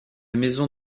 maison